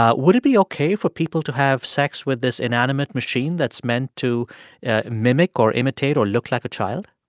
ah would it be ok for people to have sex with this inanimate machine that's meant to mimic or imitate or look like a child?